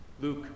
Luke